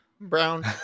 brown